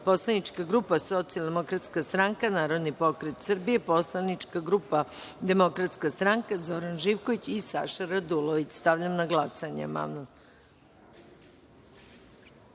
poslanička grupa Socijaldemokratska stranka, Narodni pokret Srbije, poslanička grupa DS, Aleksandra Čabraja, Zoran Živković i Saša Radulović. Stavljam na glasanje